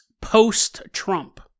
post-Trump